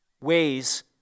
ways